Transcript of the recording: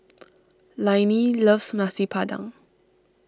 Lainey loves Nasi Padang